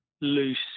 loose